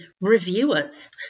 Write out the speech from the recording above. reviewers